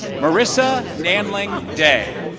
marissa nangling day